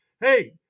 hey